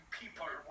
people